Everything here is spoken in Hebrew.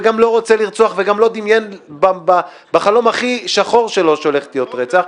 גם לא רוצה לרצוח וגם לא דמיין בחלום הכי שחור שלו שהולך להיות רצח.